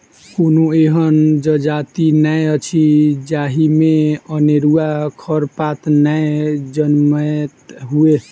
कोनो एहन जजाति नै अछि जाहि मे अनेरूआ खरपात नै जनमैत हुए